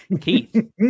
Keith